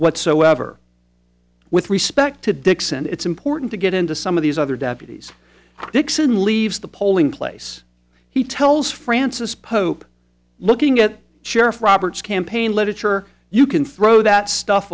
whatsoever with respect to dicks and it's important to get into some of these other deputies dixon leaves the polling place he tells francis pope looking at sheriff roberts campaign literature you can throw that stuff